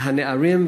הנערים.